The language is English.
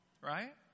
right